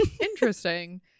Interesting